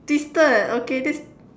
tw~ twisted okay this